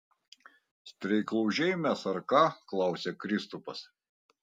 streiklaužiai mes ar ką klausia kristupas